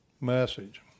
Message